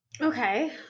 Okay